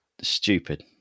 stupid